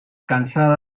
cansada